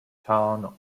town